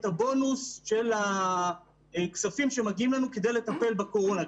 הבונוס של הכספים שמגיעים לנו כדי לטפל בקורונה,